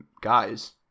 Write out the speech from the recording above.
guys